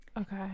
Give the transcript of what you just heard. okay